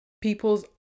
people's